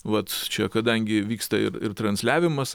vat čia kadangi vyksta ir ir transliavimas